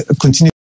continue